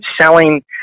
Selling